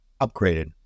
upgraded